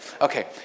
Okay